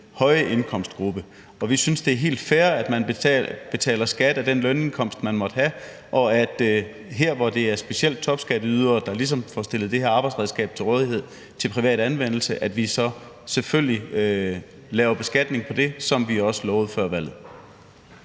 høje indkomstgruppe. Vi synes, det er helt fair, at man betaler skat af den lønindkomst, man måtte have, og at vi her, hvor det specielt er topskatteydere, der ligesom får stillet det her arbejdsredskab til rådighed til privat anvendelse, så selvfølgelig beskatter det, som vi også lovede før valget.